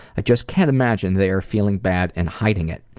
i just can't imagine they are feeling bad and hide it.